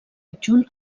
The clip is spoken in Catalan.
adjunt